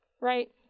right